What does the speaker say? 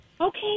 Okay